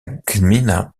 gmina